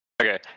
Okay